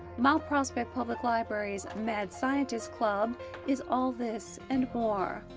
mount prospect public library's mad scientist club is all this and more.